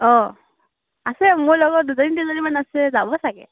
অ আছে মোৰ লগৰ দুজনী তিনিজনীমান আছে যাব চাগৈ